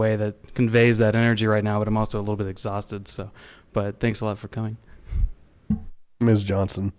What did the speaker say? way that conveys that energy right now but i'm also a little bit exhausted so but thanks a lot for coming miss johnson